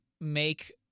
make